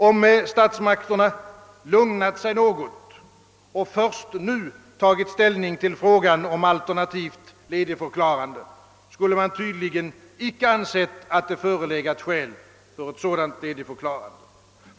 Om statsmakterna lugnat sig något och först nu tagit ställning till frågan om alternativt ledigförklarande, skulle det tydligen icke ha ansetts föreligga skäl för ett sådant ledigförklarande.